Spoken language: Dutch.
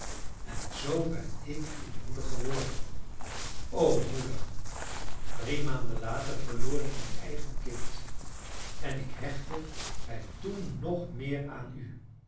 en zoo ben ik uw moeder geworden o moeder drie maanden later verloor ik mijn eigen kind en ik hechtte mij toen nog meer aan u